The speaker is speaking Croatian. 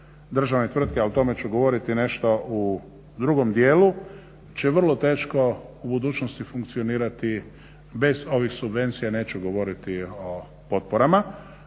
državne tvrtke, a o tome ću govoriti nešto u drugom dijelu će vrlo teško u budućnosti funkcionirati bez ovih subvencija, neću govoriti o potporama.